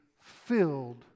filled